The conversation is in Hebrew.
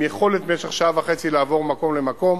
עם יכולת לעבור במשך שעה וחצי ממקום למקום,